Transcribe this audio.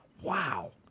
wow